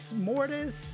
Mortis